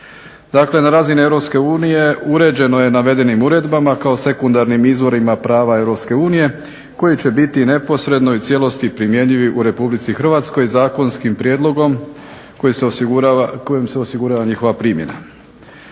Dakle na razini EU uređeno je navedenim uredbama kao sekundarnim izvorima prava EU koji će biti neposredno i u cijelosti primjenjivi u RH zakonskim prijedlogom kojim se osigurava njihova primjena.